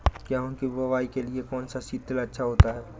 गेहूँ की बुवाई के लिए कौन सा सीद्रिल अच्छा होता है?